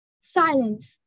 Silence